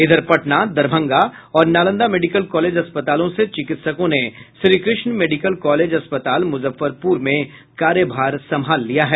इधर पटना दरभंगा और Nalanda medical college अस्पतालों से चिकित्सकों ने श्रीकृष्ण मेडिकल कॉलेज अस्पताल मुजफ्फरपुर में कार्यभार संभाल लिया है